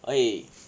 所以